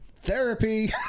therapy